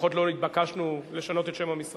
לפחות לא התבקשנו לשנות את שם המשרד,